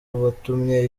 watumye